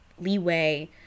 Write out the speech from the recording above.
leeway